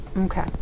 Okay